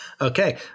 okay